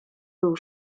był